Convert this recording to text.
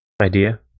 idea